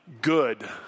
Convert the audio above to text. good